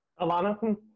Alana